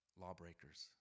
lawbreakers